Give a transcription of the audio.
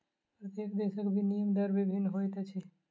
प्रत्येक देशक विनिमय दर भिन्न होइत अछि